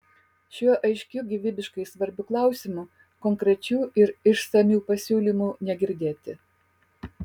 šiuo aiškiu gyvybiškai svarbiu klausimu konkrečių ir išsamių pasiūlymų negirdėti